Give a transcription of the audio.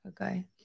Okay